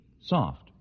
soft